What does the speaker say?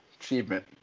achievement